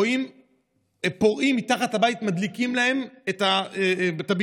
רואות פורעים מתחת לבית מדליקים להן את הבניין,